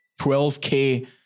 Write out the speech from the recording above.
12K